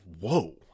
Whoa